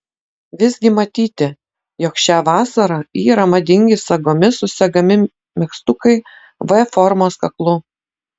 visgi matyti jog šią vasarą yra madingi sagomis susegami megztukai v formos kaklu